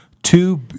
Two